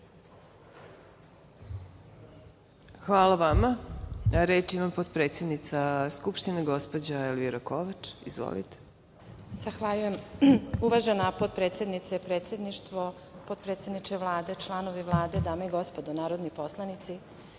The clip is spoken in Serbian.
Hvala vama. Reč ima potpredsednica Skupštine gospođa Elvira Kovač. Izvolite. **Elvira Kovač** Zahvaljujem uvažena potpredsednice, predsedništvo, potpredsedniče Vlade, članovi Vlade, dame i gospodo narodni poslanici. Kao